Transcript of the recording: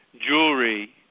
jewelry